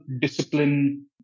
discipline